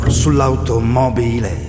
sull'automobile